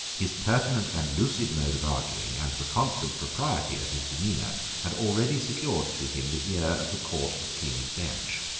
his pertinent and lucid mode of arguing and the constant propriety of his demeanour had already secured to him the ear of the court of king's bench.